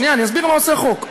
שנייה, אני אסביר מה עושה החוק.